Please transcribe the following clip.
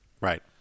Right